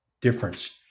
difference